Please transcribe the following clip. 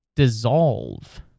dissolve